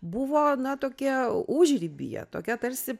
buvo na tokie užribyje tokia tarsi